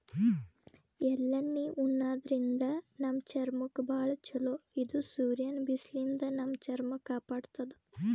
ಎಳ್ಳಣ್ಣಿ ಉಣಾದ್ರಿನ್ದ ನಮ್ ಚರ್ಮಕ್ಕ್ ಭಾಳ್ ಛಲೋ ಇದು ಸೂರ್ಯನ್ ಬಿಸ್ಲಿನ್ದ್ ನಮ್ ಚರ್ಮ ಕಾಪಾಡತದ್